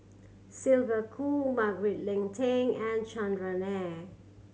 Sylvia Kho Margaret Leng Tan and Chandran Nair